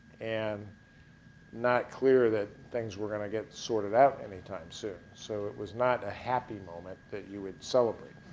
and not clear that things were going to get sort of out any time soon. so it was not a happy moment that you would celebrate.